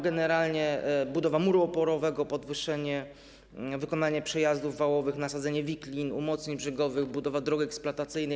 Generalnie budowa muru oporowego, podwyższenie, wykonanie przejazdów wałowych, nasadzenie wiklin, umocnień brzegowych, budowa drogi eksploatacyjnej.